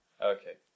Okay